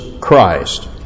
Christ